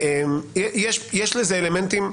יש לזה אלמנטים.